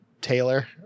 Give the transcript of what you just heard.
Taylor